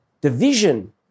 division